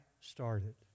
started